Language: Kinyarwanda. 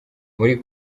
muri